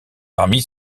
parmi